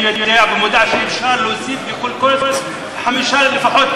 אני יודע ומודע לכך שאפשר להוסיף לכל קורס חמישה לפחות,